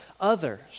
others